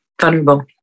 vulnerable